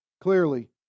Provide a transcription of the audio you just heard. Clearly